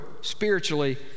spiritually